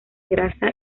grasa